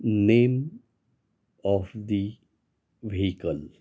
names of the vehicles